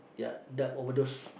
ya drug overdose